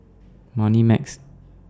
Moneymax